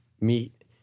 meet